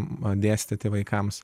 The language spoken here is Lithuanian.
dėstyti vaikams